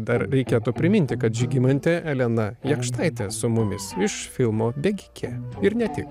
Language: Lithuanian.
dar reikėtų priminti kad žygimantė elena jakštaitė su mumis iš filmo bėgikė ir ne tik